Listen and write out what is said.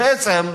בעצם,